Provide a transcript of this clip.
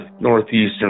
northeastern